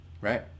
Right